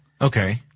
Okay